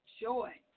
joy